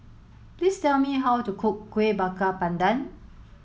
please tell me how to cook Kueh Bakar Pandan